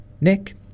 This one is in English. nick